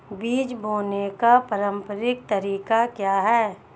बीज बोने का पारंपरिक तरीका क्या है?